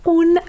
un